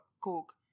coke